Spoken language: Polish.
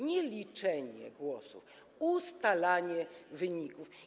Nie liczenie głosów, ale ustalanie wyników.